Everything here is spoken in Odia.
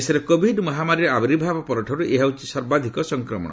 ଦେଶରେ କୋଭିଡ ମହାମାରୀର ଆବିର୍ଭାବ ପରଠାର୍ ଏହା ହେଉଛି ସର୍ବାଧିକ ସଂକ୍ରମଣ